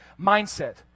mindset